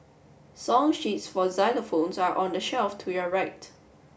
song sheets for xylophones are on the shelf to your right